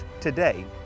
today